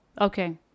Okay